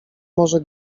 może